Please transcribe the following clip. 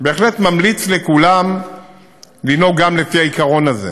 בהחלט ממליץ לכולם לנהוג גם לפי העיקרון הזה,